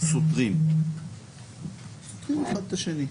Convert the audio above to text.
סותרים אחד את השני,